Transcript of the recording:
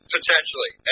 Potentially